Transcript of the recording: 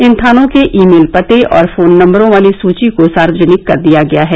इन थानों के email पते और फोन नंबरों वाली सूची को सार्वजनिक कर दिया गया है